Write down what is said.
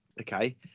okay